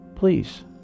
Please